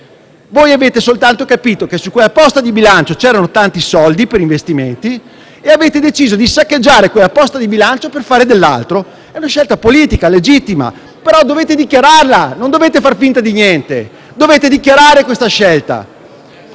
Voi avete soltanto capito che su quella posta di bilancio c'erano tanti soldi per investimenti e avete deciso di saccheggiare quella posta di bilancio per fare altro. È una scelta politica legittima, ma dovete dichiararla, non fare finta di niente. È una scelta